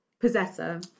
Possessor